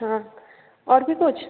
हाँ और भी कुछ